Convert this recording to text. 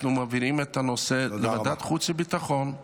אנחנו מעבירים את הנושא לוועדת החוץ והביטחון,